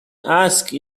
asked